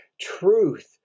Truth